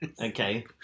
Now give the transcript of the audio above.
okay